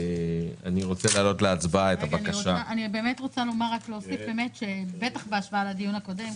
בוודאי בהשוואה לדיון הקודם,